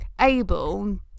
able